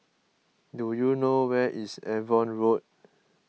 do you know where is Avon Road